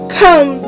come